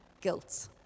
guilt